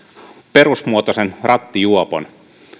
perusmuotoisen rattijuopon